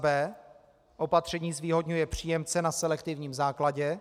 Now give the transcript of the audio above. b) opatření zvýhodňuje příjemce na selektivním základě;